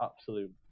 absolute